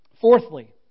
Fourthly